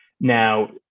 Now